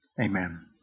amen